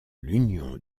l’union